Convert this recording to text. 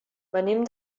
venim